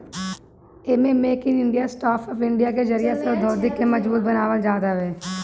एमे make in India, startup India के जरिया से औद्योगिकी के मजबूत बनावल जात हवे